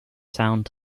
sound